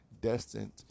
destined